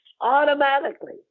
automatically